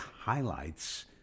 highlights